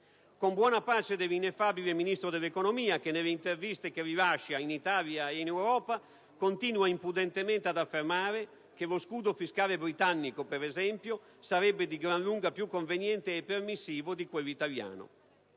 con buona pace dell'ineffabile Ministro dell'economia che, nelle interviste che rilascia in Italia e in Europa, continua impudentemente ad affermare che lo scudo fiscale britannico, per esempio, sarebbe di gran lunga più conveniente e permissivo di quello italiano.